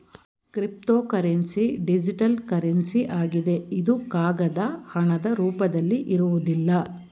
cryptocurrency digital currency ಆಗಿದೆ ಇದು ಕಾಗದ ಹಣದ ರೂಪದಲ್ಲಿ ಇರುವುದಿಲ್ಲ